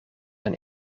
een